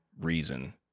reason